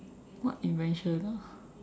what invention ah